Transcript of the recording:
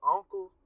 Uncle